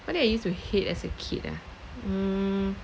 what did I use to hate as a kid ah mm